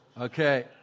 Okay